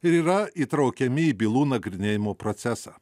ir yra įtraukiami į bylų nagrinėjimo procesą